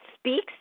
speaks